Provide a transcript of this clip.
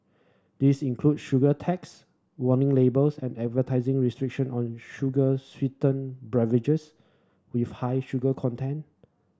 these include sugar tax warning labels and advertising restriction on sugar sweetened with high sugar content